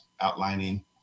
outlining